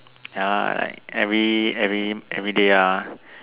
ya like every every every day ah